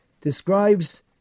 describes